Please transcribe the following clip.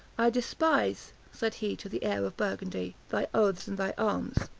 i despise, said he to the heir of burgundy, thy oaths and thy arms.